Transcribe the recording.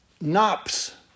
knops